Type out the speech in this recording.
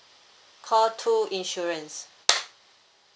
call two insurance